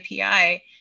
API